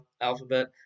alphabet